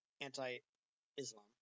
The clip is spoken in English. anti-Islam